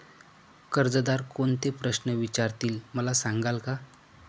कर्जदार कोणते प्रश्न विचारतील, मला सांगाल का?